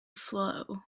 slow